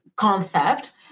concept